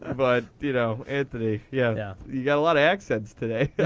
but, you know, anthony, yeah. yeah you got a lot of accents today.